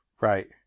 Right